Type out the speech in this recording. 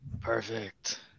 Perfect